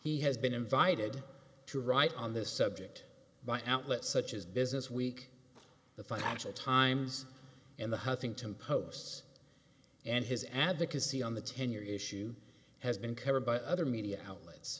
he has been invited to write on this subject by outlets such as business week the financial times in the huffington post's and his advocacy on the tenure issue has been covered by other media outlets